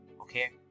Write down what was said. Okay